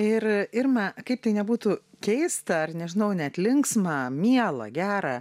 ir irma kaip tai nebūtų keista ar nežinau net linksma miela gera